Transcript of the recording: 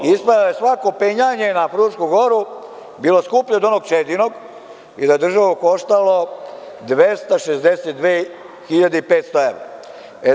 Ispada da je svako penjanje na Frušku Goru bilo skuplje od onog Čedinog i da je državu koštalo 262.500 evra.